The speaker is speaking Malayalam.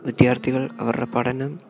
വിദ്യാർത്ഥികൾ അവരുടെ പഠനം